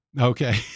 Okay